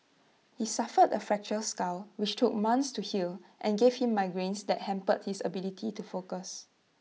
he suffered A fractured skull which took months to heal and gave him migraines that hampered his ability to focus